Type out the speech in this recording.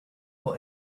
will